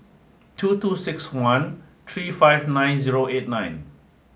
two two six one three five nine zero eight nine